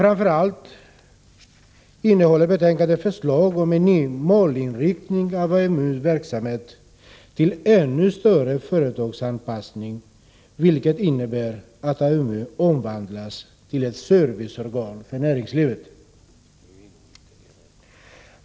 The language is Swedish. Framför allt innehåller betänkandet förslag om en ny målinriktning av AMU-verksamheten till ännu större företagsanpassning, vilket innebär att AMU omvandlas till ett serviceorgan för näringslivet.